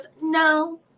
no